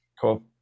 Cool